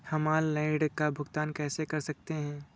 हम ऑनलाइन ऋण का भुगतान कैसे कर सकते हैं?